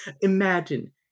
Imagine